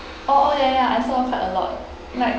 orh oh ya ya I saw quite a lot like